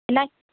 என்ன